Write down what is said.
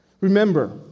Remember